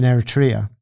Eritrea